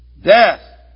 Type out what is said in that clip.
Death